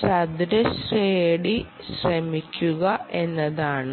ചതുരശ്രയടി ശ്രമിക്കുക എന്നതാണ്